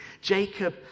Jacob